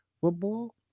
football